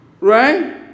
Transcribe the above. right